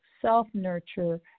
self-nurture